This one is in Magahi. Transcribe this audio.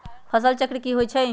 फसल चक्र की होई छै?